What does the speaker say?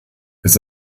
ist